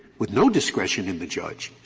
with no discretion in the judge.